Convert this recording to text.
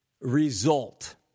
result